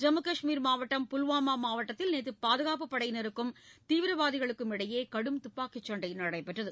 ஜம்மு கஷ்மீர் மாவட்டம் புல்வாமா மாவட்டத்தில் நேற்று பாதுகாப்புப் படையினருக்கும் தீவிரவாதிகளுக்கும் இடையே கடும் துப்பாக்கிச் சண்டை நடைபெற்றது